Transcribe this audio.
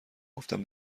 گفتن